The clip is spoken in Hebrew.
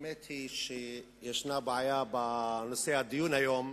האמת היא שיש בעיה בנושא הדיון היום: